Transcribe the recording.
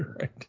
Right